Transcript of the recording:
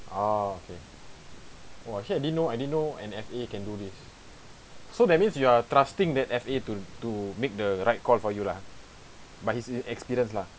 oh okay !wah! here I didn't know I didn't know an F_A can do this so that means you are trusting that F_A to to make the right call for you lah but he is experienced lah